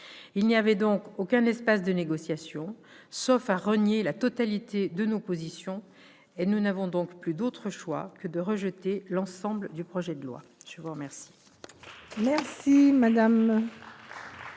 Il n'y avait donc aucun espace de négociation, sauf à renier la totalité de nos positions, et nous n'avons par conséquent plus d'autre choix que de rejeter l'ensemble du projet de loi. La parole